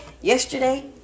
yesterday